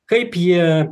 kaip jie